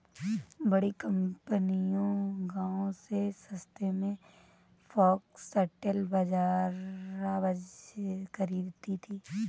बड़ी कंपनियां गांव से सस्ते में फॉक्सटेल बाजरा खरीदती हैं